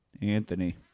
Anthony